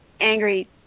angry